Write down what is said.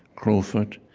crowfoot,